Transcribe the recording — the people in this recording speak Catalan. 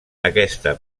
aquesta